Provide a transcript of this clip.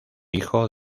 hijo